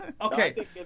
Okay